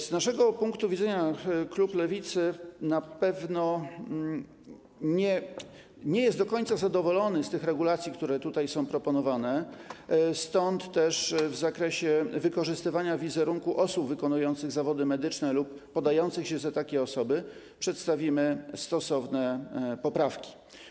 Z naszego punktu widzenia klub Lewicy na pewno nie jest do końca zadowolony z tych regulacji, które tutaj są proponowane, stąd też w zakresie wykorzystywania wizerunku osób wykonujących zawody medyczne lub podających się za takie osoby przedstawimy stosowne poprawki.